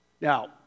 Now